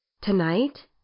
tonight